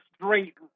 straight